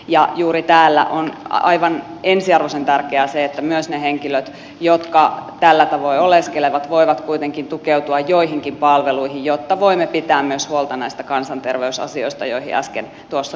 ja juuri täällä on aivan ensiarvoisen tärkeää se että myös ne henkilöt jotka tällä tavoin oleskelevat voivat kuitenkin tukeutua joihinkin palveluihin jotta voimme pitää myös huolta näistä kansanterveysasioista joihin äsken tuossa viittasin